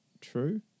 true